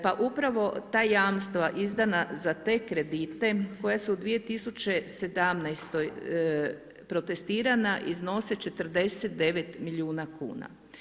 Pa upravo ta jamstva izdana za te kredite koja su u 2017. protestirana, iznose 49 milijuna kuna.